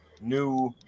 new